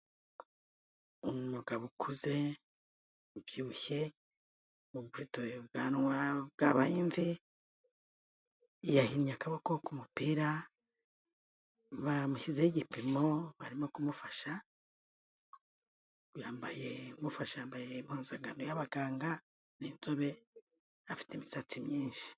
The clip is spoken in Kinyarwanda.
Umugabo ukuze, ubyibushye, ufite ubwanwa bwabaye imvi, yahinnye akaboko k'umupira, bamushyizeho igipimo barimo kumufasha, umufasha yambaye impuzankano y'abaganga, ni inzobe, afite imisatsi myinshi.